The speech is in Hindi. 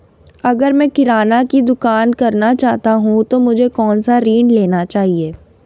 अगर मैं किराना की दुकान करना चाहता हूं तो मुझे कौनसा ऋण लेना चाहिए?